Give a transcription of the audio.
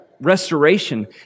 restoration